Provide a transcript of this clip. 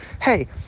hey